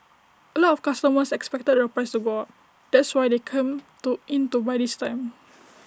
A lot of customers expected the price to go up that's why they come to in to buy this time